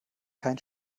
kein